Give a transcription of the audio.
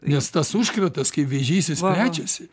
nes tas užkratas kaip vėžys jis plečiasi